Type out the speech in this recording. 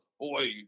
boy